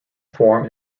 form